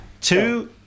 Two